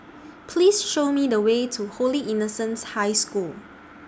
Please Show Me The Way to Holy Innocents' High School